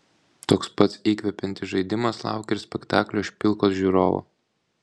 toks pats įkvepiantis žaidimas laukia ir spektaklio špilkos žiūrovo